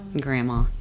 Grandma